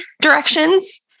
directions